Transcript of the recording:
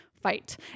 fight